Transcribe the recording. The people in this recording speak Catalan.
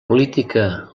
política